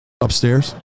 upstairs